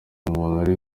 umuntu